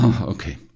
Okay